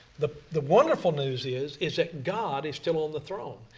the the wonderful news is is that god is still on the throne.